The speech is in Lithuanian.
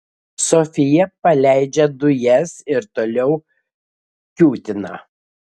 sofija paleidžia dujas ir toliau kiūtina